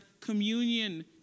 communion